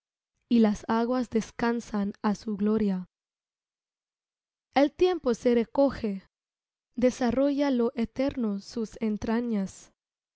y las aguas descansan á su gloria el tiempo se recoje desarrolla lo eterno sus entrañas